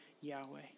Yahweh